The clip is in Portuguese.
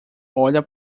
olha